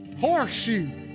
Horseshoe